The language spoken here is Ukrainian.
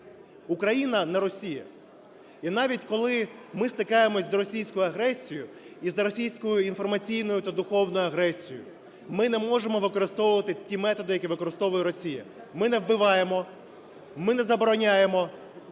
Україна – не Росія. І навіть коли ми стикаємося з російською агресією, з російською інформаційною та духовною агресією, ми не можемо використовувати ті методи, які використовує Росія: ми не вбиваємо, ми не забороняємо,